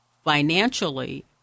financially